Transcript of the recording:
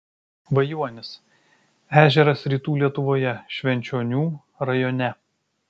vajuonis ežeras rytų lietuvoje švenčionių rajone